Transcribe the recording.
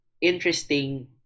interesting